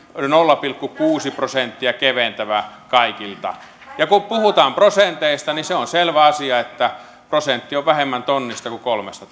nolla pilkku kuusi prosenttia keventävä kun puhutaan prosenteista niin se on selvä asia että prosentti on vähemmän tonnista kuin kolmesta